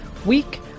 week